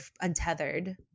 untethered